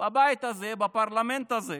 בבית הזה, בפרלמנט הזה,